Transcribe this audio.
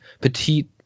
petite